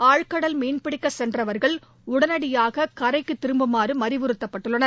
ஆழ்கடல் மீன்பிடிக்கச் சென்றவர்கள் உடனடியாக கரை திரும்புமாறும் அறிவுறுத்தப்பட்டுள்ளனர்